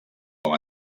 com